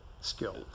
skill